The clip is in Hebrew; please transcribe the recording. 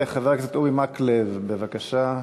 חבר הכנסת אורי מקלב, מוותר.